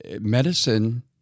medicine